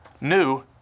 new